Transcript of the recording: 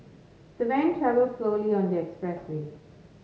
the van travelled slowly on the expressway